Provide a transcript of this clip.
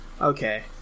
okay